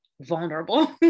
vulnerable